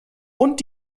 und